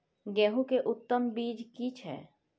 गेहूं के उत्तम बीज की छै?